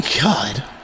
God